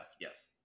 yes